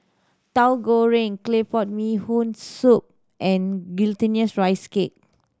Tauhu Goreng claypot Bee Hoon Soup and Glutinous Rice Cake